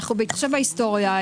בהתחשב בהיסטוריה,